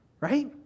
right